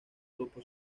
grupo